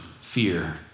fear